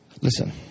Listen